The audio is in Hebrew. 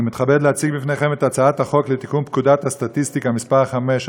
אני מתכבד להציג בפניכם את הצעת חוק לתיקון פקודת הסטטיסטיקה (מס' 5),